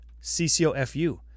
ccofu